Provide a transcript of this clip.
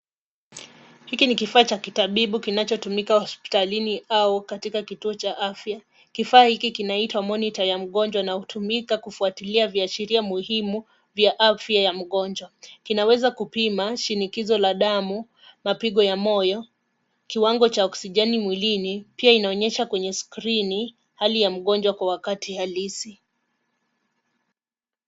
Hiki ni kifaa cha kitabibu kinachotumika hospitalini au katika kituo cha afya. Kifaa hiki kinaitwa monitor ya mgonjwa na hutumika kufuatilia viashiria muhimu pia afya ya mgonjwa. Kinaweza kupima shinikizo la damu, mapigo ya moyo, kiwango cha oksijeni mwilini, pia inaonyesha kwenye skrini hali ya mgonjwa kwa wakati halisi.